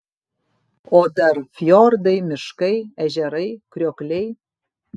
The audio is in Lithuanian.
o dar fjordai miškai ežerai kriokliai